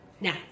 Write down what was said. Now